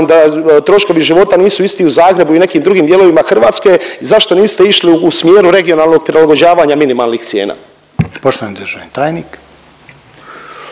da troškovi života nisu isti u Zagrebu i u nekim drugim dijelovima Hrvatske, zašto niste išli u smjeru regionalnog prilagođavanja minimalnih cijena?